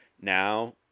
now